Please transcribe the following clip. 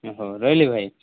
ହଁ ହଉ ରହିଲି ଭାଇ